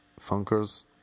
Funkers